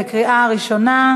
בקריאה ראשונה.